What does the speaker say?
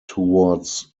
towards